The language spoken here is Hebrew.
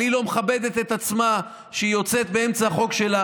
אבל היא לא מכבדת את עצמה כשהיא יוצאת באמצע החוק שלה